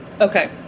okay